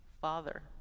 father